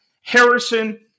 Harrison